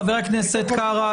חבר הכנסת קארה,